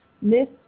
miss